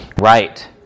Right